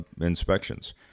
inspections